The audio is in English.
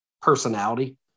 personality